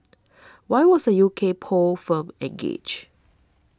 why was a U K poll firm engaged